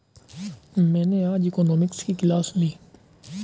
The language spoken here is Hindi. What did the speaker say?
मैंने आज इकोनॉमिक्स की क्लास ली